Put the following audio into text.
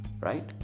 Right